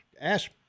Ask